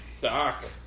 Doc